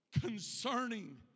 concerning